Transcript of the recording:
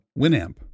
Winamp